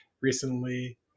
recently